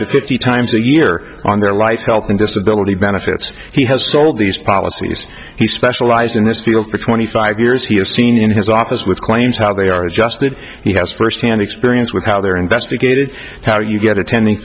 fifty times a year on their life health and disability benefits he has sold these policies he specialized in this field for twenty five years he has seen in his office with claims how they are adjusted he has firsthand experience with how they're investigated how you get attending